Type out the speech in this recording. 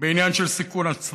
בעניין של סיכון עצמה.